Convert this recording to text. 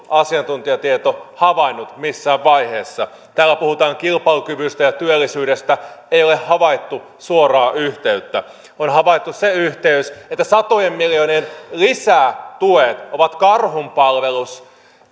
asiantuntijatieto havainnut missään vaiheessa täällä puhutaan kilpailukyvystä ja työllisyydestä ei ole havaittu suoraa yhteyttä on havaittu se yhteys että satojen miljoonien lisätuet ovat karhunpalvelus